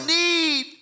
need